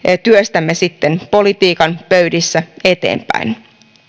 työstämme sitten politiikan pöydissä eteenpäin